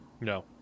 No